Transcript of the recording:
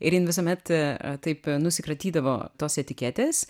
ir jin visuomet taip nusikratydavo tos etiketės